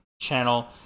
channel